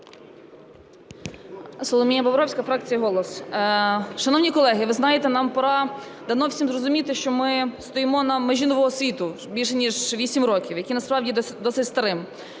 Соломія Бобровська, фракція "Голос". Шановні колеги, ви знаєте, нам пора давно всім зрозуміти, що ми стоїмо на межі нового світу більше ніж 8 років, який насправді є досить старим.